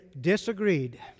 disagreed